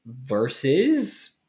versus